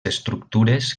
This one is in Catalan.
estructures